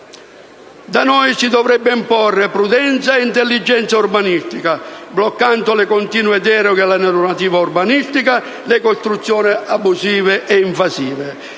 Da noi si dovrebbero imporre prudenza ed intelligenza urbanistica, bloccando le continue deroghe alla normativa urbanistica, le costruzioni abusive ed invasive,